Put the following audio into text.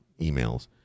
emails